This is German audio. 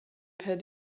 per